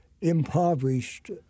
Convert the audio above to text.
impoverished